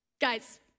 Guys